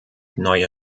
neue